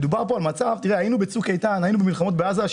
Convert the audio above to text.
היינו בצוק איתן והיינו במלחמות בעזה,